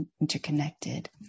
interconnected